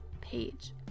page